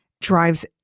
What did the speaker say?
drives